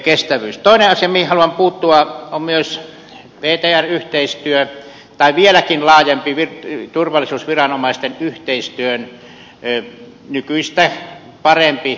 toinen asia mihin haluan puuttua on myös ptr yhteistyö tai vieläkin laajempi turvallisuusviranomaisten yhteistyön nykyistä parempi toimivuus